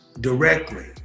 directly